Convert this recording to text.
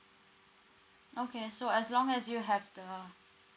okay so as long as you have the